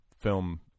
film